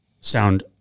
sound